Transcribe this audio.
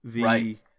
Right